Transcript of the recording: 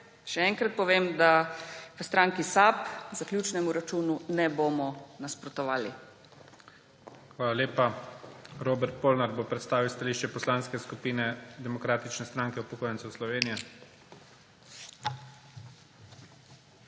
še enkrat povem, da v SAB zaključnemu računu ne bomo nasprotovali. PREDSEDNIK IGOR ZORČIČ: Hvala lepa. Robert Polnar bo predstavil stališče Poslanske skupine Demokratične stranke upokojencev Slovenije.